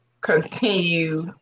continue